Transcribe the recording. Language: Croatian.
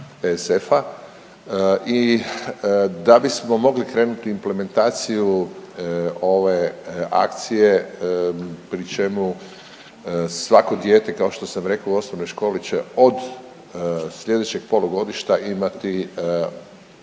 i da bismo mogli krenuti u implementaciju ove akcije, pri čemu svako dijete, kao što sam rekao u osnovnoj školi će od sljedećeg polugodišta imati